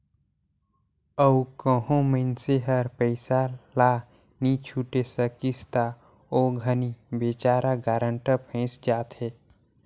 अउ कहों मइनसे हर पइसा ल नी छुटे सकिस ता ओ घनी बिचारा गारंटर फंइस जाथे